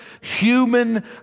human